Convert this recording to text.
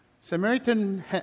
Samaritan